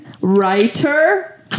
writer